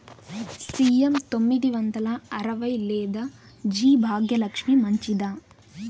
CM తొమ్మిది వందల అరవై లేదా జి భాగ్యలక్ష్మి మంచిదా?